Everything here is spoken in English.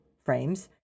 frames